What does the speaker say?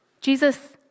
Jesus